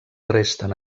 resten